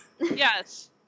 Yes